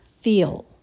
feel